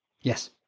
Yes